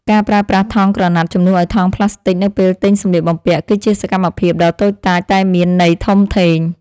ការប្រើប្រាស់ថង់ក្រណាត់ជំនួសឱ្យថង់ប្លាស្ទិកនៅពេលទិញសម្លៀកបំពាក់ គឺជាសកម្មភាពដ៏តូចតាចតែមានន័យធំធេង។